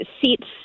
seats